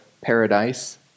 paradise